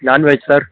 non veg sir